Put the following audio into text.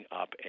up